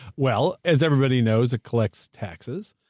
well, as everybody knows, it collects taxes.